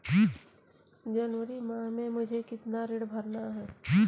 जनवरी माह में मुझे कितना ऋण भरना है?